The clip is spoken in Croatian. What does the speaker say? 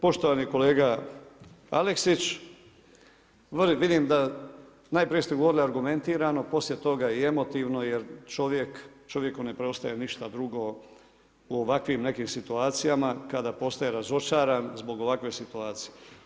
Poštovani kolega Aleksić, vidim da, najprije ste govorili argumentirano, poslije toga i emotivno jer čovjeku ne preostaje ništa drugo u ovakvim nekim situacijama kada postaje razočaran zbog ovakve situacije.